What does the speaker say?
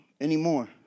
anymore